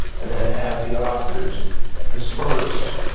and then have the authors disperse,